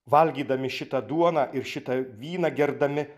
valgydami šitą duoną ir šitą vyną gerdami